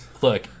Look